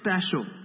special